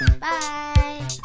bye